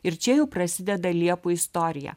ir čia jau prasideda liepų istorija